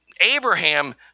Abraham